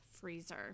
freezer